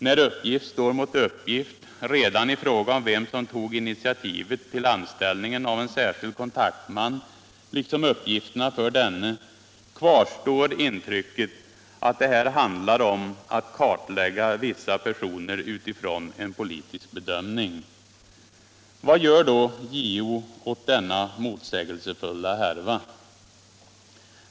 När uppgift står mot uppgift redan i fråga om vem som tog initiativet till anställningen av särskild kontaktman. liksom uppgifterna för denna. kvarstår intrycket att det här handlar om att kartlägga vissa personer utifrån en politisk bedömning. Vad gör då JO åt denna motsägelsefulla härva?